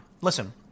Listen